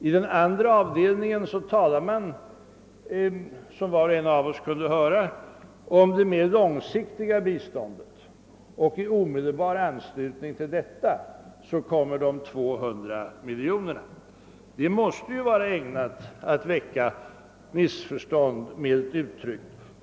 I den andra delen talar han, såsom var och en av oss kunde höra, om det mer långsiktiga biståndet, och i omedelbar anslutning till detta lämnas uppgiften om de 200 miljoner kronorna. Detta måste, milt uttryckt, vara ägnat att väcka missförstånd.